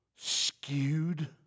skewed